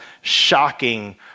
shocking